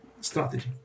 strategy